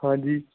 ਹਾਂਜੀ